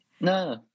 no